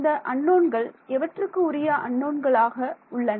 இந்த அன்னோன்கள் எவற்றுக்கு உரிய அன்னோன்களாக உள்ளன